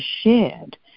shared